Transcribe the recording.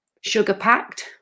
sugar-packed